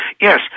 Yes